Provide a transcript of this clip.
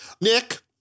Nick